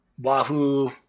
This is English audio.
Wahoo